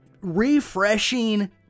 refreshing